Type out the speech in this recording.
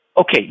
Okay